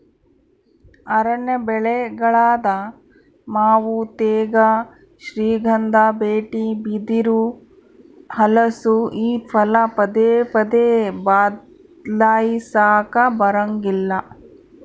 ಅರಣ್ಯ ಬೆಳೆಗಳಾದ ಮಾವು ತೇಗ, ಶ್ರೀಗಂಧ, ಬೀಟೆ, ಬಿದಿರು, ಹಲಸು ಈ ಫಲ ಪದೇ ಪದೇ ಬದ್ಲಾಯಿಸಾಕಾ ಬರಂಗಿಲ್ಲ